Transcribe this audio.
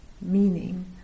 meaning